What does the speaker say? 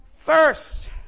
First